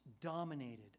dominated